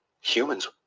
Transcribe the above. humans